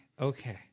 Okay